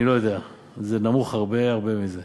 אני לא יודע, זה נמוך הרבה הרבה מזה.